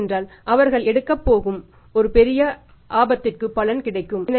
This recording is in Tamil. ஏனென்றால் அவர்கள் எடுக்கப்போகும் ஒரு பெரிய ஆபத்திற்கு பலன் கிடைக்கும்